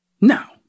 Now